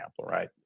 right